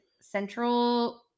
Central